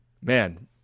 man